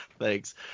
Thanks